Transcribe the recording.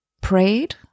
prayed